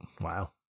wow